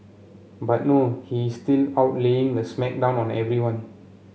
but no he is still out laying the smack down on everyone